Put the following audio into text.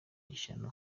ishyano